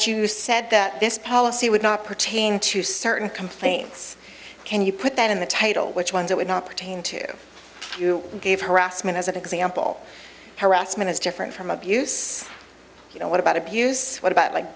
french you said that this policy would not pertain to certain complaints can you put that in the title which ones it would not pertain to you gave harassment as an example harassment is different from abuse you know what about abuse what about like